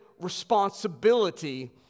responsibility